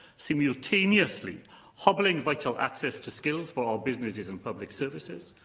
simultaneously hobbling vital access to skills for our businesses and public services,